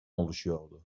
oluşuyordu